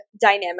dynamic